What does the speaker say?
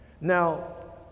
Now